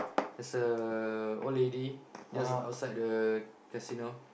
there's a old lady just outside the casino